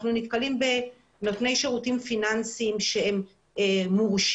אנחנו נתקלים בנותני שירותים פיננסיים שהם מורשים,